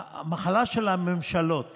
המחלה של הממשלות